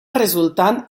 resultant